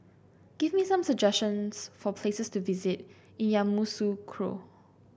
give me some suggestions for places to visit in Yamoussoukro